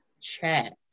chat